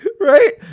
Right